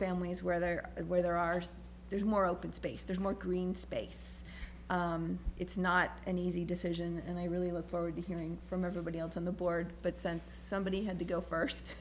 families where they're where there are there's more open space there's more green space it's not an easy decision and i really look forward to hearing from everybody else on the board but sense somebody had to go first